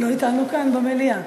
לא אתנו כאן במליאה.